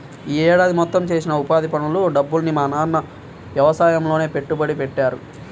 యీ ఏడాది మొత్తం చేసిన ఉపాధి పనుల డబ్బుని మా నాన్న యవసాయంలోనే పెట్టుబడి పెట్టాడు